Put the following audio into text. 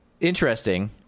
Interesting